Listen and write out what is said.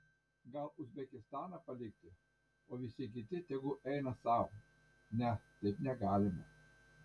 gal uzbekistaną palikti o visi kiti tegu eina sau ne taip negalima